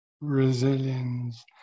resilience